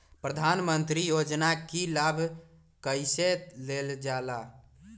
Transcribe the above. प्रधानमंत्री योजना कि लाभ कइसे लेलजाला?